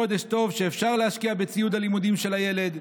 בחודש טוב אפשר להשקיע בציוד הלימודים של הילד,